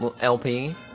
LP